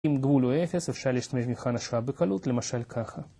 אם גבול הוא אפס אפשר להשתמש במבחן השעה בקלות, למשל ככה